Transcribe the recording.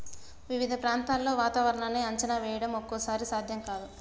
వివిధ ప్రాంతాల్లో వాతావరణాన్ని అంచనా వేయడం ఒక్కోసారి సాధ్యం కాదు